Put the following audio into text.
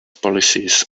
policies